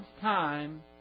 time